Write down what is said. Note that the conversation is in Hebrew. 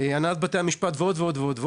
הנהלת בתי המשפט, ועוד ועוד.